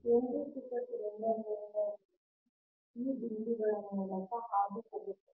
ಕೇಂದ್ರೀಕೃತ ಸಿಲಿಂಡರ್ ಮೇಲ್ಮೈಗಳಲ್ಲಿ ಈ ಬಿಂದುಗಳ ಮೂಲಕ ಹಾದುಹೋಗುತ್ತದೆ